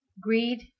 greed